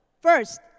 First